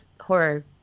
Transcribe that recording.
horror